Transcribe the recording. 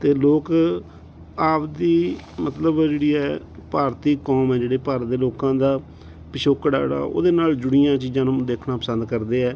ਅਤੇ ਲੋਕ ਆਪਦੀ ਮਤਲਬ ਜਿਹੜੀ ਹੈ ਭਾਰਤੀ ਕੌਮ ਹੈ ਜਿਹੜੇ ਭਾਰਤ ਦੇ ਲੋਕਾਂ ਦਾ ਪਿਛੋਕੜ ਆ ਜਿਹੜਾ ਉਹਦੇ ਨਾਲ ਜੁੜੀਆਂ ਚੀਜ਼ਾਂ ਨੂੰ ਦੇਖਣਾ ਪਸੰਦ ਕਰਦੇ ਹੈ